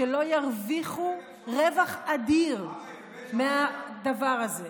שלא ירוויחו רווח אדיר מהדבר הזה.